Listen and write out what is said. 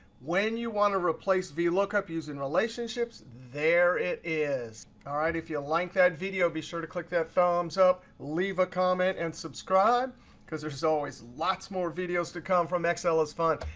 when you want to replace vlookup using relationships, there it is. all right. if you like that video, be sure to click that thumbs up, leave a comment, and subscribe because there's always lots more videos to come from excel is fun,